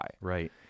Right